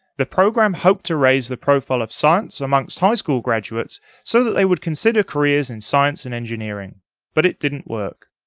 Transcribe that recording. the programme hoped to raise the profile of science, amongst high-school graduates, so that they would consider careers in science and engineering but it didn't work.